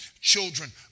children